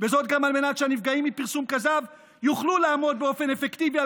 וזאת גם על מנת שהנפגעים מפרסום כזב יוכלו לעמוד באופן אפקטיבי על